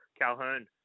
Calhoun